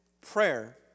prayer